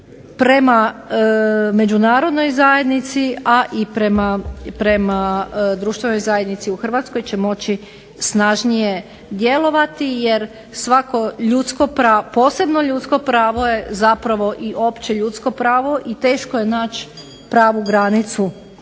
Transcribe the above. prema međunarodnoj zajednici, a i prema društvenoj zajednici u Hrvatskoj će moći snažnije djelovati, jer svako posebno ljudsko pravo je zapravo i opće ljudsko pravo i teško je naći prvu granicu